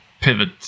pivot